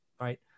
Right